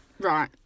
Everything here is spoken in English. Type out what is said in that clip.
Right